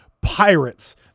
pirates